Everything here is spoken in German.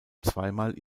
zweimal